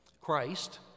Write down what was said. Christ